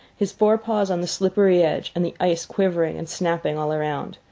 his fore paws on the slippery edge and the ice quivering and snapping all around.